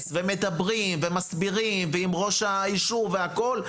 ומדברים ומסבירים עם ראש היישוב והכול,